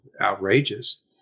outrageous